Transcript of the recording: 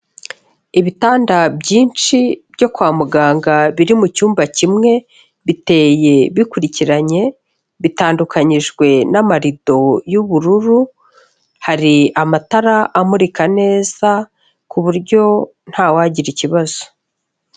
Ibitanda byinshi byo kwa muganga biri mu cyumba kimwe, biteye bikurikiranye, bitandukanyijwe n'amarido y'ubururu, hari amatara amurika neza, ku buryo ntawagira ikibazo.